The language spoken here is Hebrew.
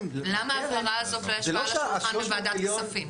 -- למה ההבהרה הזאת לא ישבה על השולחן בוועדת כספים?